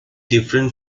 different